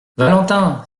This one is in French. valentin